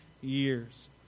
years